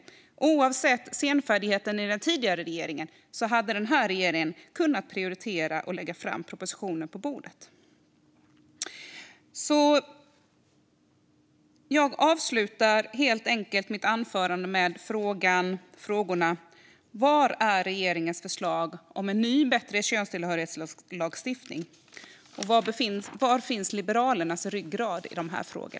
Oavsett den tidigare regeringens senfärdighet hade den här regeringen kunnat prioritera och lägga fram propositionen på bordet. Jag avslutar därför helt enkelt mitt anförande med två frågor. Var är regeringens förslag om en ny och bättre könstillhörighetslagstiftning? Var finns Liberalernas ryggrad i dessa frågor?